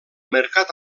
mercat